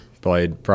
played